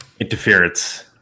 interference